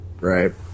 Right